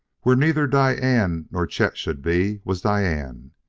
where neither diane nor chet should be, was diane.